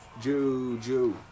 Juju